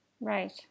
Right